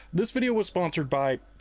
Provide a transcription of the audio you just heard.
this video was sponsored by.